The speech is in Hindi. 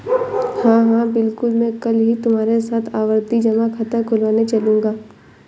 हां हां बिल्कुल मैं कल ही तुम्हारे साथ आवर्ती जमा खाता खुलवाने चलूंगा